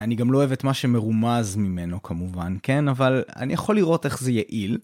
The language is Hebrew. אני גם לא אוהב את מה שמרומז ממנו כמובן, כן? אבל אני יכול לראות איך זה יעיל.